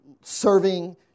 serving